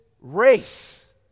race